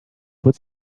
put